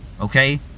Okay